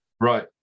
Right